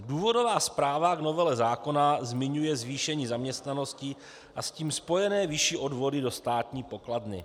Důvodová zpráva v novele zákona zmiňuje zvýšení zaměstnanosti a s tím spojené vyšší odvody do státní poklady.